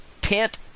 tent